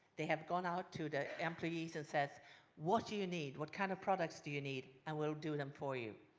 they have gone out to the employees and said what do you need? what kind of products do you need? and we'll do them for you.